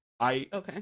Okay